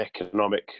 economic